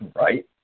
Right